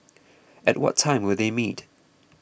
at what time will they meet